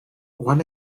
one